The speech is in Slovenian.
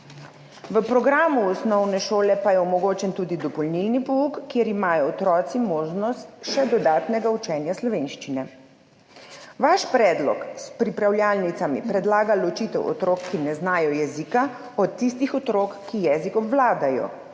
V programu osnovne šole pa je omogočen tudi dopolnilni pouk, kjer imajo otroci možnost še dodatnega učenja slovenščine. Vaš predlog s pripravljalnicami predlaga ločitev otrok, ki ne znajo jezika, od tistih otrok, ki jezik obvladajo,